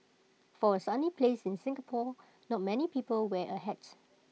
for A sunny place like Singapore not many people wear A hat